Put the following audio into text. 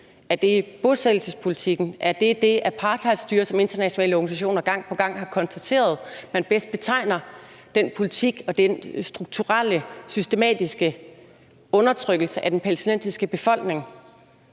Er det bosættelsespolitikken? Er det det apartheidstyre, som internationale organisationer gang på gang har konstateret man bedst betegner den politik og den strukturelle, systematiske undertrykkelse af den palæstinensiske befolkning